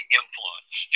influence